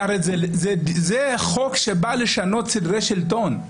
דנו בחוק הזה חכמים ובעלי ניסיון יותר ממני